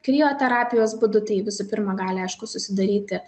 krioterapijos būdu tai visų pirma gali aišku susidaryti